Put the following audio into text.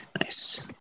Nice